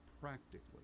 practically